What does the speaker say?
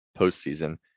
postseason